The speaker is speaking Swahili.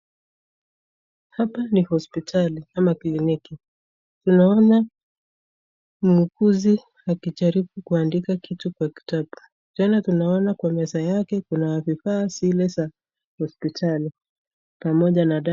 Hapa ni hospitali ama kliniki. Tunaona muuguzi akijaribu kuandika kitu kwa kitabu tena tunaona kwa meza yake kuna vifaa zile za hospitali pamoja na dawa.